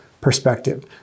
perspective